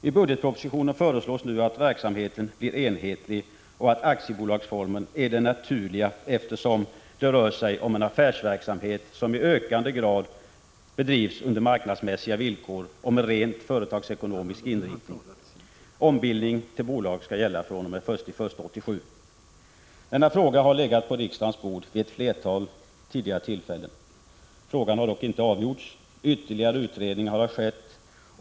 I budgetpropositionen föreslås nu att verksamheten blir enhetlig, och det sägs att aktiebolagsformen är den naturliga, eftersom det rör sig om en affärsverksamhet, som i ökande grad bedrivs under marknadsmässiga villkor och med rent företagsekonomisk inriktning. Ombildning till bolag skall gälla från den 1 januari 1987. Denna fråga har legat på riksdagens bord vid ett flertal tidigare tillfällen. Den har dock inte avgjorts. Ytterligare utredningar har skett.